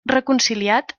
reconciliat